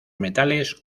metales